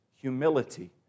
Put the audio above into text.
humility